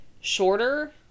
shorter